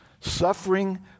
Suffering